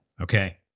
Okay